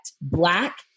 Black